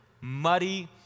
muddy